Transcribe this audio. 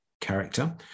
character